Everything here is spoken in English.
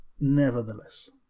nevertheless